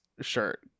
shirt